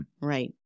right